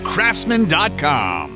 Craftsman.com